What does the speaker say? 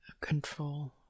control